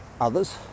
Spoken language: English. others